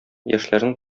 яшьләрнең